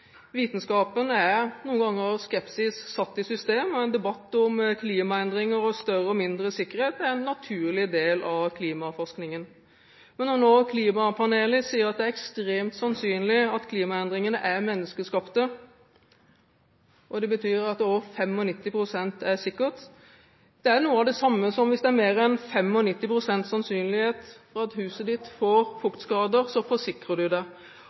er noen ganger skepsis satt i system, og en debatt om klimaendringer og større og mindre sikkerhet er en naturlig del av klimaforskningen. Når klimapanelet nå sier at det er «ekstremt sannsynlig» at klimaendringene er menneskeskapte, og det betyr at det er 95 pst. sikkert, så er det noe av det samme som at hvis det er mer enn 95 pst. sannsynlighet for at huset ditt får fuktskader, så forsikrer du det.